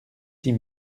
six